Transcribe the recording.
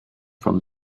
from